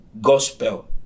gospel